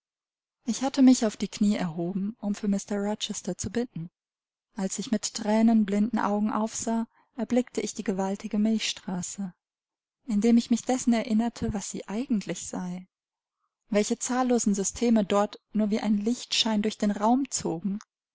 ich hatte mich auf die knie erhoben um für mr rochester zu bitten als ich mit thränenblinden augen aufsah erblickte ich die gewaltige milchstraße indem ich mich dessen erinnerte was sie eigentlich sei welche zahllosen systeme dort nur wie ein lichtschein durch den raum zogen